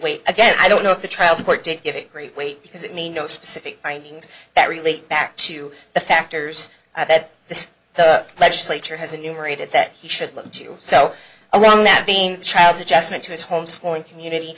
weight again i don't know if the trial court didn't give it great weight because it may no specific findings that relate back to the factors that the the legislature has enumerated that he should look to so long that being the child's adjustment to his home schooling community